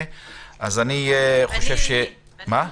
אני, אדוני.